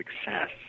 success